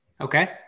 Okay